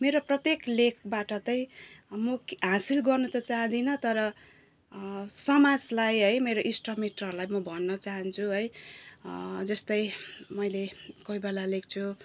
मेरो प्रत्येक लेखबाट त म हासिल गर्नु त चाहदिनँ तर समाजलाई है मेरो इष्ट मित्रहरूलाई म भन्न चाहन्छु है जस्तै मैले कोही बेला लेख्छु